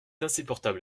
insupportable